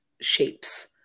shapes